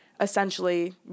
essentially